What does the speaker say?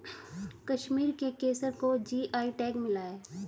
कश्मीर के केसर को जी.आई टैग मिला है